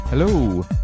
Hello